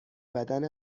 بدن